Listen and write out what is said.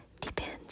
depends